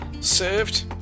served